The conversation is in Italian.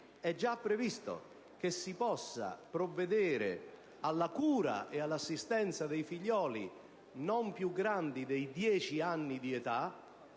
È già previsto quindi che si possa provvedere alla cura e all'assistenza dei figlioli non più grandi di 10 anni di età